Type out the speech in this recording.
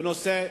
בנושא,